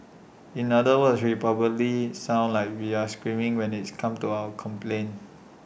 in other words we probably sound like we're screaming when its comes to our complaints